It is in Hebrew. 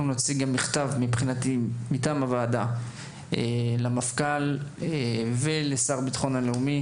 אנחנו גם נוציא מכתב מטעם הוועדה למפכ"ל ולשר לביטחון לאומי,